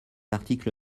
article